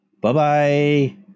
Bye-bye